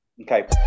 Okay